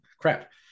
crap